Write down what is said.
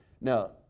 Now